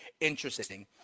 interesting